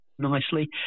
nicely